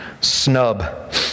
snub